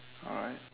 alright